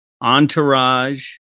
entourage